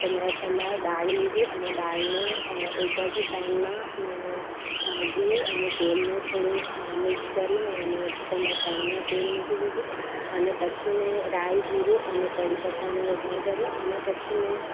તો મેં પહેલાં દાળ લીધી અને દાળને એક બાજુ પેનમાં મેં ઘી અને તેલનો થોડો મિક્સ કરીને એને પેલા પેનમાં તેલ મૂકી દીધું અને પછી મેં રાઈસ જીરું અને કઢી પત્તાનો વઘાર કર્યો અને પછી મેં